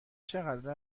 چقدر